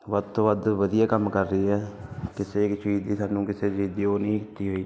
ਵੱਧ ਤੋਂ ਵੱਧ ਵਧੀਆ ਕੰਮ ਕਰ ਰਹੀ ਹੈ ਕਿਸੇ ਇੱਕ ਚੀਜ਼ ਦੀ ਸਾਨੂੰ ਕਿਸੇ ਚੀਜ਼ ਦੀ ਉਹ ਨੀ ਕੀਤੀ ਹੋਈ